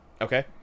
Okay